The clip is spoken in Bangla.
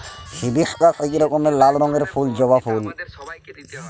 হিবিশকাস ইক রকমের লাল রঙের ফুল জবা ফুল